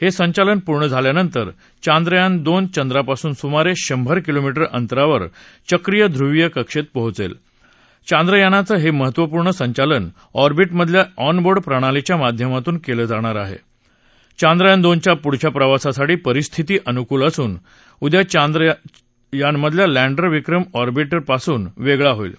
हसिचालन पूर्ण झाल्यानंतर चांद्रयान दोन चंद्रापासून सुमारशिभर किलोमी उ अंतरावर चक्रीय ध्रुवीय कक्ष पोहोचक्री चांद्रयानाचं ह िहत्वपूर्ण संचालन ऑर्बिउमधल्या ऑनबोर्ड प्रणालीच्या माध्यमातून कलि जाणार आह चंद्रयान दोनच्या पुढच्या प्रवासासाठी परिस्थिती अनुकूल असून उद्या चांद्रयानामधला लॅण्डर विक्रम ऑबिं उपासून वाक्रि होईल